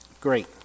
Great